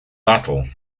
battle